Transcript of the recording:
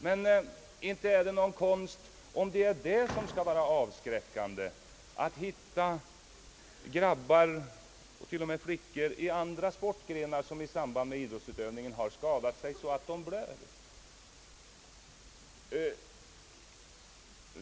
Men inte är det heller någon konst — om nu den saken skall vara avskräckande — att hitta grabbar, t.o.m. flickor, som i samband med idrottsutövning i andra sportgrenar har skadat sig så att de blöder.